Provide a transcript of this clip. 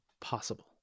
possible